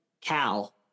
Cal